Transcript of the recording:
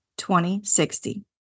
2060